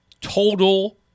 total